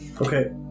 Okay